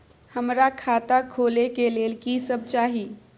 हमरा खाता खोले के लेल की सब चाही?